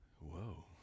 whoa